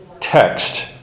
text